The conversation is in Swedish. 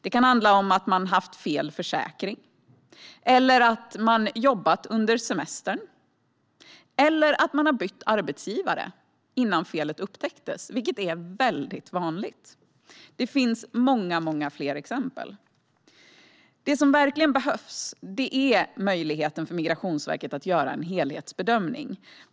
Det kan handla om att man har haft fel försäkring, att man har jobbat under semestern eller att man har bytt arbetsgivare innan felet upptäcktes, vilket är mycket vanligt. Det finns många fler exempel. Det som verkligen behövs är en möjlighet för Migrationsverket att göra en helhetsbedömning.